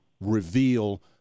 reveal